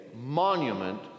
monument